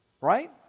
right